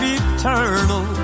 eternal